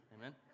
Amen